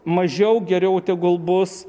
mažiau geriau tegul bus